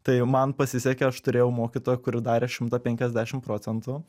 tai man pasisekė aš turėjau mokytoją kuri darė šimtą penkiasdešim procentų